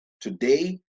today